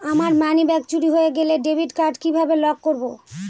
আমার মানিব্যাগ চুরি হয়ে গেলে ডেবিট কার্ড কিভাবে লক করব?